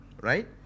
right